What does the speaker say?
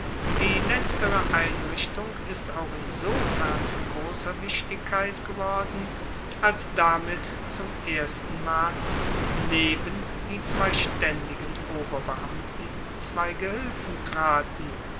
die letztere einrichtung ist auch insofern von grosser wichtigkeit geworden als damit zum erstenmal neben die zwei staendigen oberbeamten zwei gehilfen traten